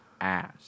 ass